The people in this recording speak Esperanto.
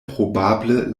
probable